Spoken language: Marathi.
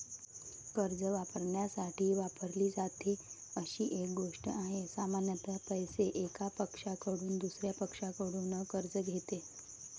कर्ज वापरण्यासाठी वापरली जाते अशी एक गोष्ट आहे, सामान्यत पैसे, एका पक्षाकडून दुसर्या पक्षाकडून कर्ज घेते